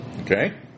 Okay